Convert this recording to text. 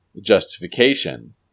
justification